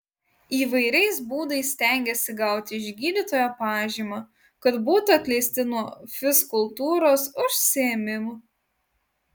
įvairiais būdais stengiasi gauti iš gydytojo pažymą kad būtų atleisti nuo fizkultūros užsiėmimų